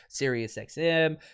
SiriusXM